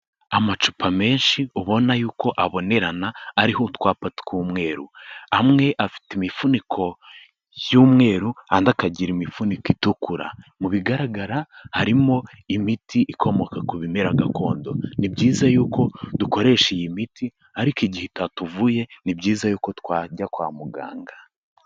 Amacupa menshi ubona yuko abonerana ariho utwapa tw'umweru, amwe afite imifuniko y'umweru andi akagira imifuniko itukura, mu bigaragara harimo imiti ikomoka ku bimera gakondo, ni byiza yuko dukoresha iyi miti ariko igihe itatuvuye ni byiza yuko twajya kwa muganga.